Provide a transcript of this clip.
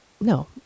No